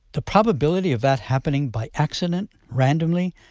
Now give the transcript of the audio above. the probability of that happening by accident, randomly,